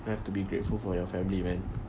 you have to be grateful for your family man